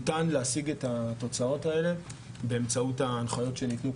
ניתן להשיג את התוצאות האלה באמצעות ההנחיות שניתנו,